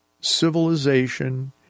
civilization